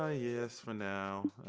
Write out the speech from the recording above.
ah yes for now.